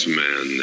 man